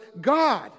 God